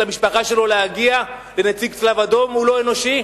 למשפחה שלו ולנציג הצלב-אדום להגיע הוא לא אנושי,